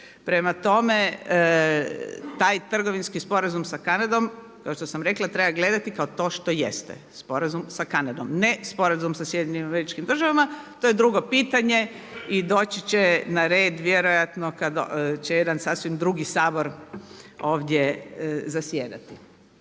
Prema tome taj trgovinski sporazum sa Kanadom kao što sam rekla treba gledati kao to što jest, sporazum sa Kanadom, ne sporazum sa SAD-om to je drugo pitanje i doći će na red vjerojatno kad će jedan sasvim drugi Sabor ovdje zasjedati.